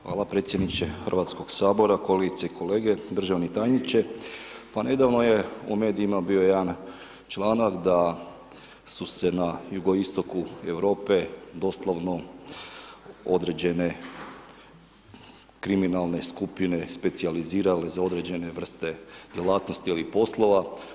Hvala predsjedniče HS-a, kolegice i kolege, državni tajniče, pa nedavno je u medijima bio jedan članak da su se na jugoistoku Europe doslovno određene kriminalne skupine specijalizirale za određene vrste djelatnosti ovih poslova.